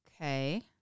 Okay